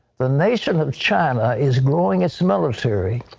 the nation china is growing its military,